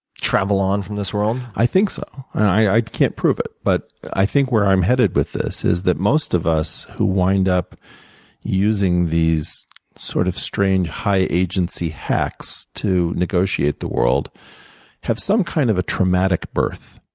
travel on from this world? i think so. and i can't prove it, but i think where i'm headed with this is that most of us who wind up using these sort of strange high agency hacks to negotiate the world have some kind of a traumatic birth.